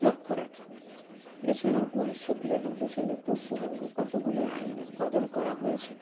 লক্ষ্য রাখে এছাড়াও উনিশশো বিরানব্বই সালে পশ্চিমবঙ্গে কতগুলি আইনের বদল করা হয়েছে